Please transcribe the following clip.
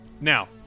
Now